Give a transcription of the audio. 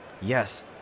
yes